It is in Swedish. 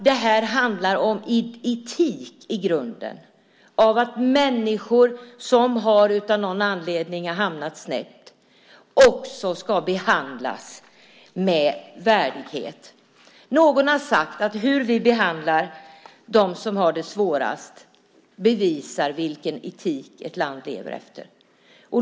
Det här handlar nämligen om etik i grunden, om att människor som av någon anledning har hamnat snett också ska behandlas med värdighet. Någon har sagt att hur man behandlar dem som har det svårast bevisar vilken etik ett land lever efter.